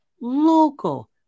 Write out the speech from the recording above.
local